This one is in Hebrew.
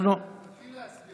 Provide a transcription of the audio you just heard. תתחיל להצביע.